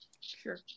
Sure